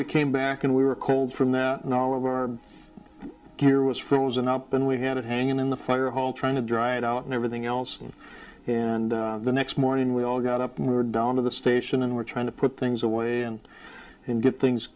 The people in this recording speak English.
we came back and we were cold from that knowledge our gear was frozen up and we had it hanging in the fire hall trying to dry it out and everything else and the next morning we all got up and we were down to the station and were trying to put things away and get things